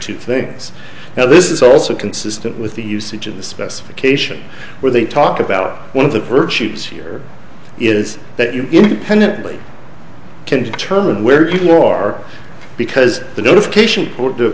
two things now this is also consistent with the usage of the specification where they talk about one of the virtues here is that you independently can determine where you are because the notification put the